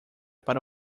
para